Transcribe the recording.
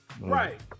Right